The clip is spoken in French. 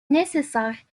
nécessaires